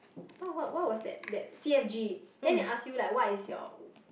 what what what was that C F G then they ask you like what is your